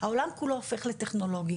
"העולם כולו הופך לטכנולוגי,